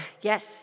Yes